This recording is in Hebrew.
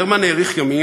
ברמן האריך ימים,